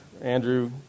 Andrew